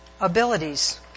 Abilities